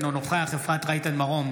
אינו נוכח אפרת רייטן מרום,